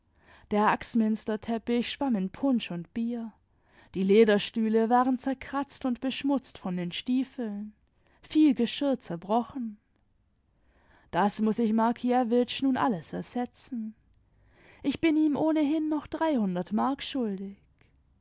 der axminsterteppich schwamm ii punsch und bier die lederstühle waren zerkratzt und beschmutzt von den stiefeln viel geschirr zerbrochen das muß ich markiewicz nun alles ersetzen ich bin ihm ohnehin noch dreihundert mark schuldig